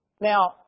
Now